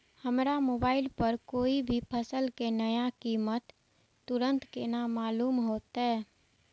हमरा मोबाइल पर कोई भी फसल के नया कीमत तुरंत केना मालूम होते?